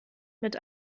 mit